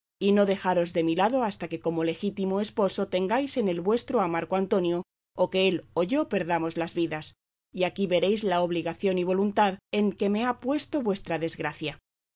y no dejaros de mi lado hasta que como legítimo esposo tengáis en el vuestro a marco antonio o que él o yo perdamos las vidas y aquí veréis la obligación y voluntad en que me ha puesto vuestra desgracia